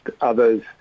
others